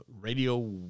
radio